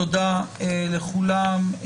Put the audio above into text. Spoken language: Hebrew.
תודה לכולם,